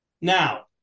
Now